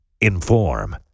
Inform